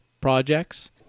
projects